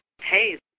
hey